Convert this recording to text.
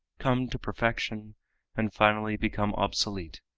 come to perfection and finally become obsolete,